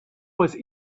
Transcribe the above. was